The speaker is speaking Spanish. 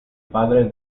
padre